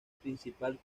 principal